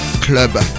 Club